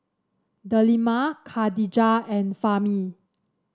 Delima Khadija and Fahmi